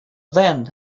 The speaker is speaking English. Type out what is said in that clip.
then